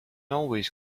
always